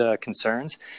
concerns